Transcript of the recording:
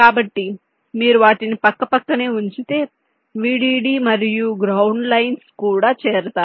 కాబట్టి మీరు వాటిని పక్కపక్కనే ఉంచితే VDD మరియు గ్రౌండ్ లైన్స్ కూడా చేరతాయి